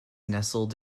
nestled